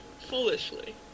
Foolishly